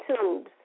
tubes